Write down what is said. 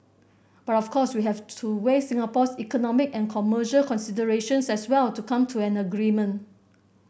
but of course we have to weigh Singapore's economic and commercial considerations as well to come to an agreement